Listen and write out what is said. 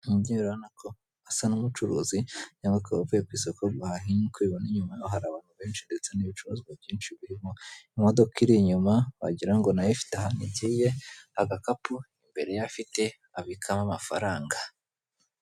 umubyeyi urabona ko asa nk'umucuruzi cyangwa akaba avuye ku isoko guhaha nk'uko ubibona inyuma ye hari abantu benshi ndetse n'ibicuruzwa byinshi birimo imodoka iri inyuma wagira ngo nayo hari ahantu igiye agakapu imbere ye afite abikamo amafaranga.